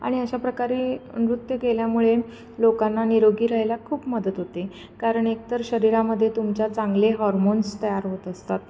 आणि अशाप्रकारे नृत्य केल्यामुळे लोकांना निरोगी राह्यला खूप मदत होते कारण एकतर शरीरामध्ये तुमच्या चांगले हॉर्मोन्स तयार होत असतात